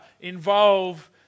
involve